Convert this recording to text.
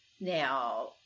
now